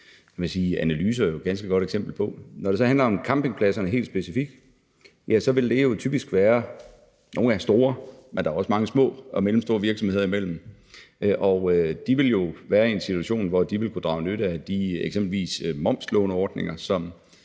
analyser jo et ganske godt eksempel på. Når det så helt specifikt handler om campingpladserne, er nogle af dem store, men der er også mange små og mellemstore virksomheder imellem, og de vil jo være i en situation, hvor de vil kunne drage nytte af eksempelvis den momslåneordning,